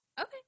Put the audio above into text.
okay